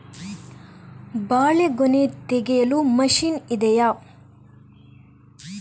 ಬಾಳೆಗೊನೆ ತೆಗೆಯಲು ಮಷೀನ್ ಇದೆಯಾ?